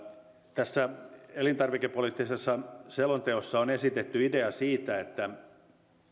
tässä elintarvikepoliittisessa selonteossa on esitetty idea siitä että